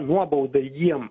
nuobauda jiem